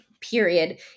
period